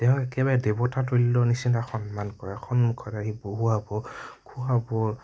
তেওঁ একেবাৰে দেৱতা তুল্যৰ নিচিনা সন্মান কৰে সন্মুখত আহি বহোৱাব খোৱাব